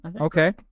Okay